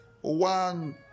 one